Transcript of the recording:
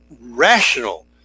rational